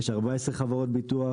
יש כ-14 חברות ביטוח.